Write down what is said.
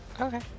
okay